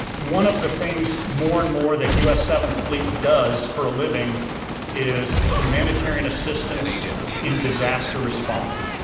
one of the things more and more that us seventh fleet does for a living is humanitarian assistance in disaster response.